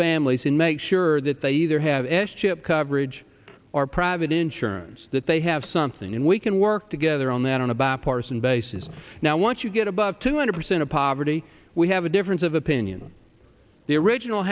families and make sure that they either have s chip coverage or private insurance that they have something and we can work together on that on a bipartisan basis now once you get above two hundred percent of poverty we have a difference of opinion the original